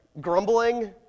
Grumbling